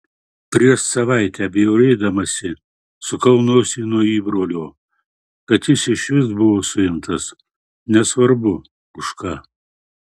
prieš savaitę bjaurėdamasi sukau nosį nuo įbrolio kad jis išvis buvo suimtas nesvarbu už ką